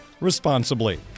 responsibly